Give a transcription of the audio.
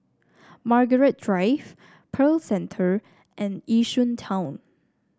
Margaret Drive Pearl Centre and Yishun Town